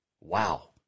Wow